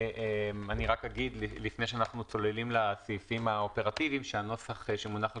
אגיד לפני שאנחנו צוללים לסעיפים האופרטיביים שהנוסח שמונח על